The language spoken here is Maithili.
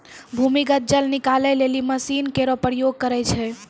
भूमीगत जल निकाले लेलि मसीन केरो प्रयोग करै छै